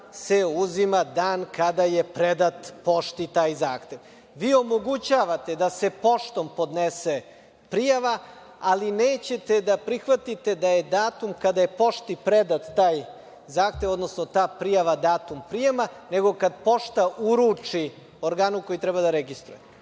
se uzima dan kada je predat pošti taj zakon. Vi omogućavate da se poštom podnese prijava, ali nećete da prihvatite da je datum kada je pošti predat taj zahtev, odnosno ta prijava datum prijema, nego kada pošta uruči organu koji treba da registruje. Ne